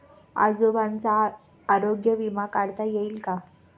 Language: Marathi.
आजोबांचा आरोग्य विमा काढता येईल का?